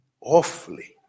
awfully